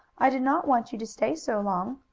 i did not want you to stay so long